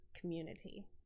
community